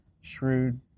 shrewd